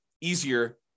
easier